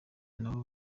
nabo